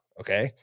okay